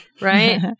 right